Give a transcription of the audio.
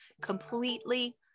completely